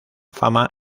fama